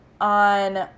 on